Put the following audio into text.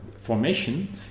formation